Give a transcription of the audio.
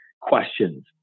questions